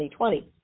2020